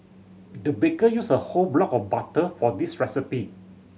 the baker used a whole block of butter for this recipe